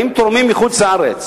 באים תורמים מחוץ-לארץ,